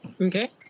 Okay